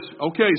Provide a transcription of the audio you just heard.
okay